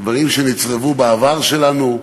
דברים שנצרבו בעבר שלנו,